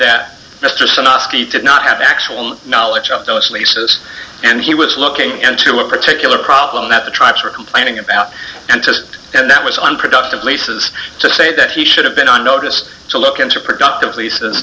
skeete did not have actual knowledge of those leases and he was looking into a particular problem that the tribes were complaining about and to and that was unproductive leases to say that he should have been on notice to look into productive lease